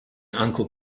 uncle